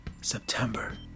September